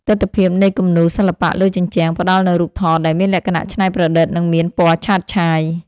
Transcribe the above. ទិដ្ឋភាពនៃគំនូរសិល្បៈលើជញ្ជាំង ផ្ដល់នូវរូបថតដែលមានលក្ខណៈច្នៃប្រឌិត និងមានពណ៌ឆើតឆាយ។